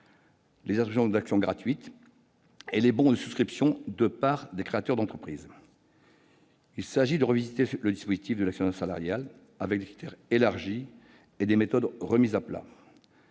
les attributions d'actions gratuites et les bons de souscription de parts de créateurs d'entreprise. Il s'agit de revisiter le dispositif de l'actionnariat salarial avec des critères élargis et des méthodes remises à plat.